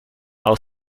our